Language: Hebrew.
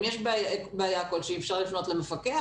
אם יש בעיה כלשהיא אפשר לפנות למפקח,